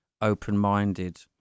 open-minded